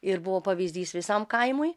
ir buvo pavyzdys visam kaimui